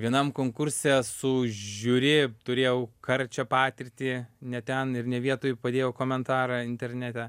vienam konkurse su žiuri turėjau karčią patirtį ne ten ir ne vietoj padėjau komentarą internete